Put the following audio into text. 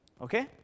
Okay